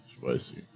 spicy